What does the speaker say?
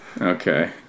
Okay